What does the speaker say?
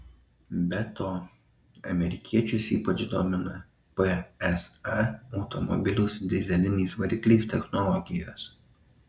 be to amerikiečius ypač domina psa automobilių su dyzeliniais varikliais technologijos